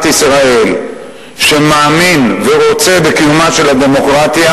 ישראל שמאמין ורוצה בקיומה של הדמוקרטיה,